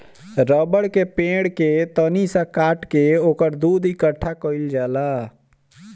रबड़ के पेड़ के तनी सा काट के ओकर दूध इकट्ठा कइल जाला